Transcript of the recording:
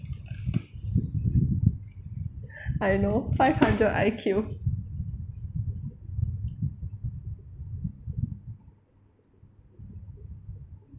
I know five hundred I_Q